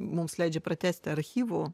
mums leidžia pratęsti archyvų